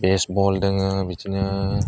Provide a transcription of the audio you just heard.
बेज बल दोङो बिदिनो